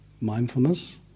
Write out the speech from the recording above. mindfulness